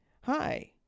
Hi